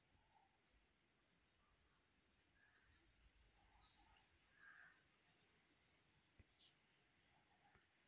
China Australia Bharat Sudan ದೇಶಗಳು ಕುರಿ ಉತ್ಪನ್ನಗಳು ಮಾರುಕಟ್ಟೆಯಲ್ಲಿ ಮುಂದಿನ ಸ್ಥಾನಗಳಲ್ಲಿವೆ